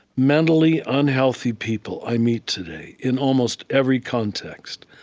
mentally unhealthy people i meet today in almost every context,